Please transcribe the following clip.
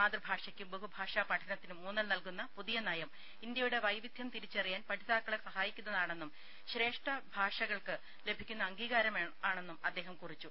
മാതൃഭാഷയ്ക്കും ബഹുഭാഷാ പഠനത്തിനും ഊന്നൽ നൽകുന്ന പുതിയ നയം ഇന്ത്യയുടെ വൈവിധ്യം തിരിച്ചറിയാൻ പഠിതാക്കളെ സഹായിക്കുന്നതാണെന്നും ശ്രേഷ്ഠ ഭാഷകൾക്ക് ലഭിക്കുന്ന അംഗീകാരമാണെന്നും അദ്ദേഹം കുറിച്ചു